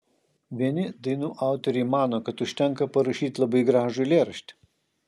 vieni dainų autoriai mano kad užtenka parašyti labai gražų eilėraštį